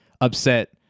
upset